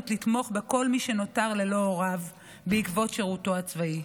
לתמוך בכל מי שנותר ללא הוריו בעקבות שירותו הצבאי.